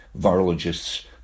virologist's